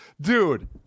Dude